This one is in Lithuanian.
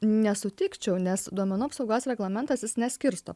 nesutikčiau nes duomenų apsaugos reglamentas jis neskirsto